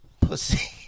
pussy